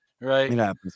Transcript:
Right